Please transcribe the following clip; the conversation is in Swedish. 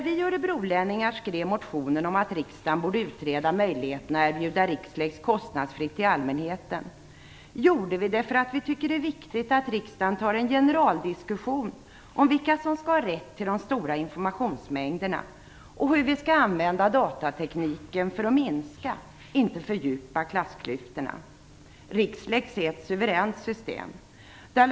Vi "örebrolänningar" skrev motionen om att riksdagen borde utreda möjligheterna att erbjuda Rixlex kostnadsfritt till allmänheten, eftersom vi tycker att det är viktigt att riksdagen tar en generaldiskussion om vilka som skall ha rätt till de stora informationsmängderna och om hur vi skall använda datatekniken till att minska - inte fördjupa - klassklyftorna. Rixlex är ett suveränt system.